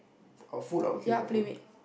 food food I will queue my food